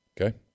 Okay